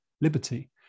liberty